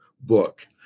book